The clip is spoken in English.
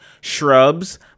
shrubs